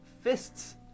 fists